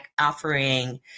offering